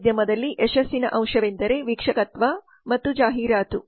ಈ ಉದ್ಯಮದಲ್ಲಿ ಯಶಸ್ಸಿನ ಅಂಶವೆಂದರೆ ವೀಕ್ಷಕತ್ವ ಮತ್ತು ಜಾಹೀರಾತು